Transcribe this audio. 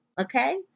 okay